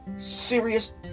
Serious